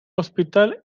hospital